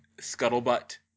scuttlebutt